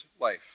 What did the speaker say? life